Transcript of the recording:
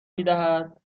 میدهد